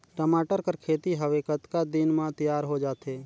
टमाटर कर खेती हवे कतका दिन म तियार हो जाथे?